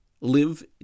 live